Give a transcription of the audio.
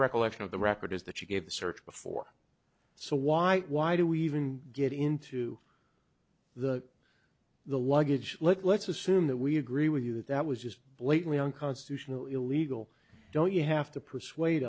recollection of the record is that she gave the search before so why why do we even get into the the luggage let's assume that we agree with you that that was just blatantly unconstitutional illegal don't you have to persuade